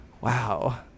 wow